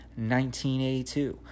1982